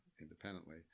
independently